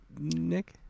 Nick